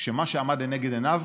כשמה שעמד לנגד עיניו,